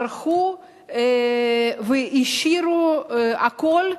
הם ברחו והשאירו הכול,